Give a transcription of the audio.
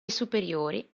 superiori